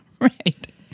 Right